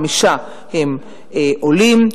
חמישה הם עולים,